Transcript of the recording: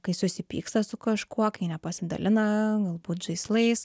kai susipyksta su kažkuo kai nepasidalina galbūt žaislais